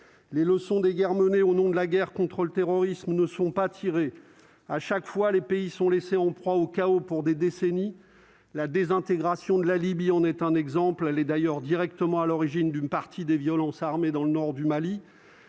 les leçons des guerres menées au nom de la guerre contre le terrorisme ne sont pas tirées à chaque fois, les pays sont laissés en proie au chaos pour des décennies, la désintégration de la Libye en est un exemple à l'est d'ailleurs directement à l'origine d'une partie des violences armées dans le nord du Mali,